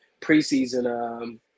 preseason